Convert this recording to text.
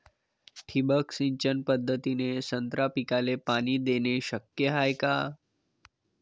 ठिबक सिंचन पद्धतीने संत्रा पिकाले पाणी देणे शक्य हाये का?